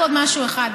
רק משהו אחד.